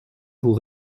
vous